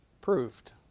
proved